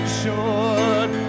short